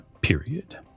period